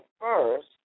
first